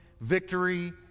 victory